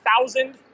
thousand